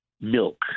milk